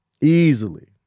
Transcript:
easily